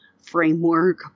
framework